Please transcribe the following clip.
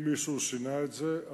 אם מישהו שינה את זה,